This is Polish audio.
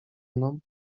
mną